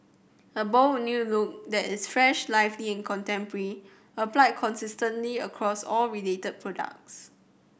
a bold new look that is fresh lively and contemporary applied consistently across all related products